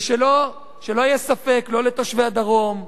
ושלא יהיה ספק, לא לתושבי הדרום,